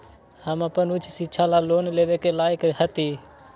हम अपन उच्च शिक्षा ला लोन लेवे के लायक हती?